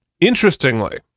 interestingly